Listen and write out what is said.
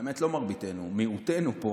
האמת, לא מרביתנו, מיעוטנו פה